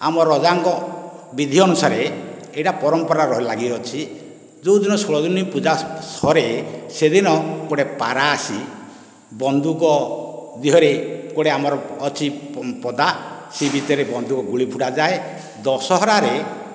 ଆମ ରଜାଙ୍କ ବିଧି ଅନୁସାରେ ଏଇଟା ପରମ୍ପରା ରହି ଲାଗିଅଛି ଯେଉଁଦିନ ଷୋହଳଦିିନ ପୂଜା ସରେ ସେଦିନ ଗୋଟିଏ ପାରା ଆସି ବନ୍ଧୁକ ଦେହରେ ଗୋଟିଏ ଆମର ଅଛି ପଦା ସେ ଭିତରେ ବନ୍ଧୁକ ଗୁଳି ଫୁଟାଯାଏ ଦଶହରାରେ